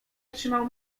otrzymał